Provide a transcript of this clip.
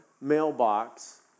mailbox